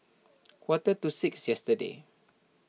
quarter to six yesterday